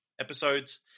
episodes